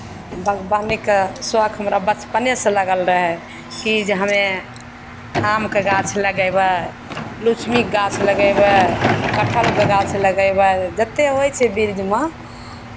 बागवानीके शौख हमरा बचपनेसँ लगल रहै की जे हमे आमके गाछ लगयबै लीचीके गाछ लगयबै कटहरके गाछ लगयबै जतेक होइ छै बीजमे